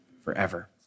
forever